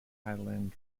highland